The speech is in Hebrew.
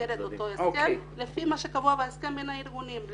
במסגרת אותו הסכם לפי מה שקבוע בהסכם בין הארגונים.